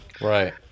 Right